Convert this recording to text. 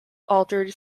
altered